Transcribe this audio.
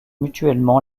mutuellement